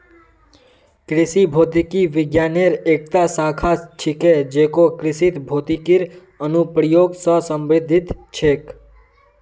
कृषि भौतिकी विज्ञानेर एकता शाखा छिके जेको कृषित भौतिकीर अनुप्रयोग स संबंधित छेक